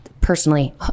personally